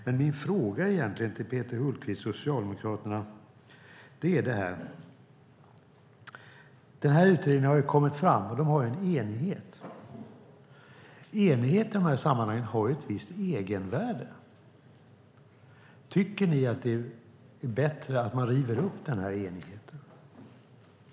Jag har några frågor till Peter Hultqvist och Socialdemokraterna. Utredningen har kommit fram och har en enighet. Enighet i dessa sammanhang har ett visst egenvärde. Tycker ni att det är bättre att man river upp enigheten?